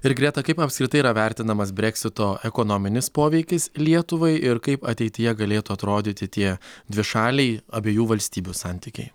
ir greta kaip apskritai yra vertinamas breksito ekonominis poveikis lietuvai ir kaip ateityje galėtų atrodyti tie dvišaliai abiejų valstybių santykiai